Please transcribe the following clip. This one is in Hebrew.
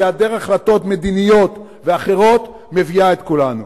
שהיעדר החלטות מדיניות ואחרות מביא על כולנו.